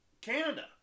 Canada